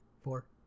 four